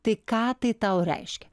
tai ką tai tau reiškia